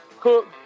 cook